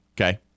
Okay